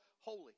holy